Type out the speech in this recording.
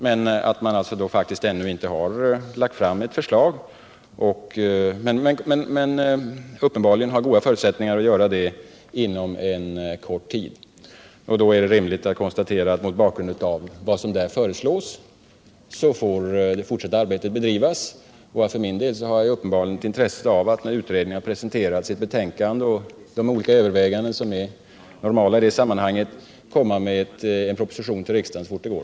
Man har ännu inte lagt fram något förslag men har uppenbarligen goda förutsättningar att göra det inom en kort tid. Det fortsatta arbetet får bedrivas mot bakgrund av vad som där föreslås. När utredningen har presenterat sitt betänkande och efter de olika överväganden som är normala i sådana sammanhang har jag för min del uppenbarligen ett intresse av att framlägga en proposition för riksdagen så fort det går.